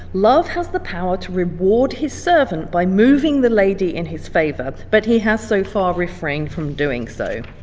love has the power to reward his servant by moving the lady in his favor, but he has so far refrained from doing so.